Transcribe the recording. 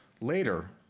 later